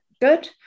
good